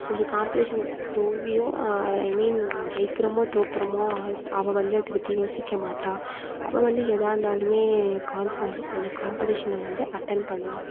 ஒரு காம்பெடிஷன் தோல்வியோ I mean ஜெயிக்கிறமோ தோற்கறமோ அத் அவள் வந்து அதை பற்றி யோசிக்க மாட்டாள் அவள் வந்து எதா இருந்தாலியுமே கான்ஸ் ஃபேம் அந்த காம்பெடிஷனில் வந்து அட்டென்ட் பண்ணுவாள்